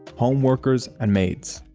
home workers and maid